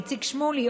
איציק שמולי,